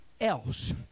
else